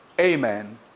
amen